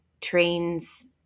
trains